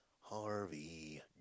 Harvey